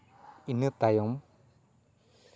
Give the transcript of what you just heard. ᱤᱱᱟᱹ ᱛᱟᱭᱚᱢ